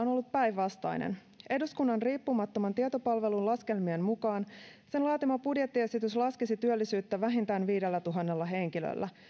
on ollut päinvastainen eduskunnan riippumattoman tietopalvelun laskelmien mukaan hallituksen laatima budjettiesitys laskisi työllisyyttä vähintään viidellätuhannella henkilöllä